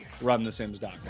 RuntheSims.com